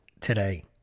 today